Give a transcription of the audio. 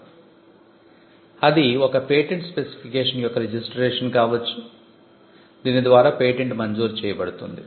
registration అనేది ఒక patent specification యొక్క రిజిస్ట్రేషన్ కావచ్చు దీని ద్వారా పేటెంట్ మంజూరు చేయబడుతుంది